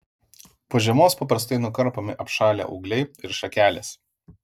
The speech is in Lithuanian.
po žiemos paprastai nukarpomi apšalę ūgliai ir šakelės